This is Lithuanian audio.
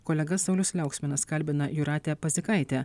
kolega saulius liauksminas kalbina jūratę pazikaitę